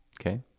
Okay